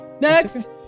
next